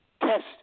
test